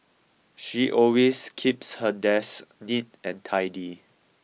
she always keeps her desk neat and tidy